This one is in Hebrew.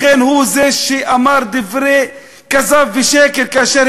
לכן הוא זה שאמר דברי כזב ושקר כאשר